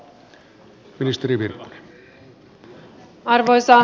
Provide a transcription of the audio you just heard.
arvoisa puhemies